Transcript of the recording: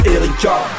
Erika